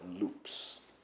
loops